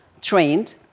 trained